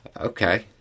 Okay